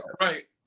right